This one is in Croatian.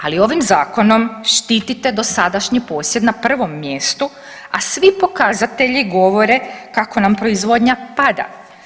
Ali ovim zakonom štitite dosadašnji posjed na prvom mjestu, a svi pokazatelji govore kako nam proizvodnja pada.